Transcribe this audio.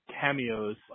cameos